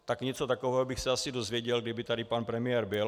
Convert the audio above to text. Tak něco takového bych se asi dozvěděl, kdyby tady pan premiér byl.